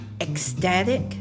ecstatic